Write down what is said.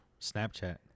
Snapchat